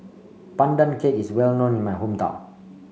Pandan Cake is well known in my hometown